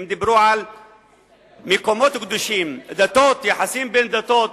הם דיברו על מקומות קדושים, דתות, יחסים בין דתות,